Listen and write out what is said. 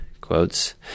quotes